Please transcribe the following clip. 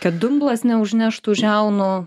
kad dumblas neužneštų žiaunų